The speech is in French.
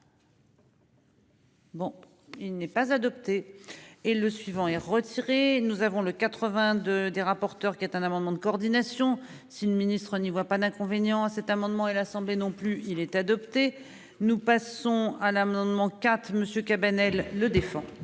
Bon, il n'est pas adopté et le suivant et. Retiré. Nous avons le 82 de des rapporteurs qui est un amendement de coordination. Si le ministre ne voit pas d'inconvénient à cet amendement et l'Assemblée non plus il est adopté. Nous passons à l'amendement quatre monsieur Cabanel le défend.